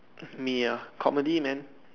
me ah comedy man